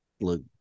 look